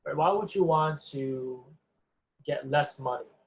and why would you want to get less money